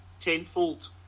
tenfold